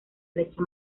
leche